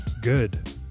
good